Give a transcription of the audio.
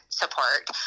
support